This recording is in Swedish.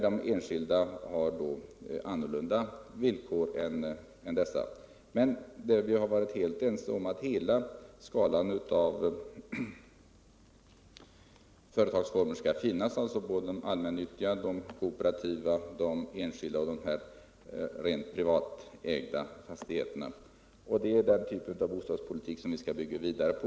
De enskilda har andra villkor. Men vi har varit helt ense om att hela skalan av företagsformer skall finnas, dvs. de allmännyttiga, de kooperativa, de enskilda och de rent privat ägda fastigheterna. Det är den typen av bostadspolitik som vi skall bygga vidare på.